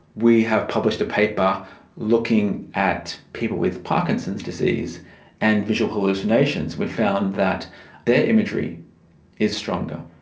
we have published a paper looking at people with parkinson's disease and visual hallucinations. we found that their imagery is stronger.